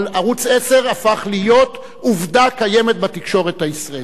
אבל ערוץ-10 הפך להיות עובדה קיימת בתקשורת הישראלית.